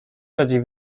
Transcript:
rzadziej